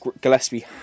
Gillespie